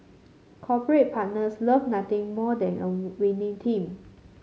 corporate partners love nothing more than a winning team